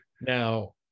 now